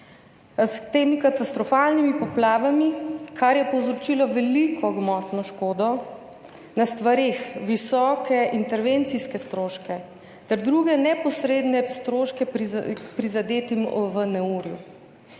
s temi katastrofalnimi poplavami, kar je povzročilo veliko gmotno škodo na stvareh, visoke intervencijske stroške ter druge neposredne stroške prizadetim v neurju.